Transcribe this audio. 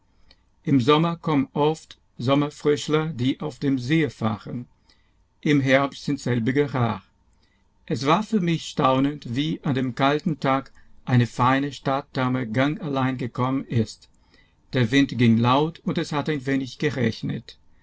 im sommer kommen oft sommerfrischler die auf dem see fahren im herbst sind selbige rar es war für mich staunend wie an dem kalten tag eine feine stadtdame gang allein gekommen ist der wind ging laut und es hat ein wenig geregnet